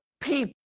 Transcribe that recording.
people